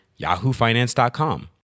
yahoofinance.com